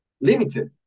limited